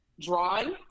drawn